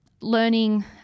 learning